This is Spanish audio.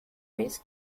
vez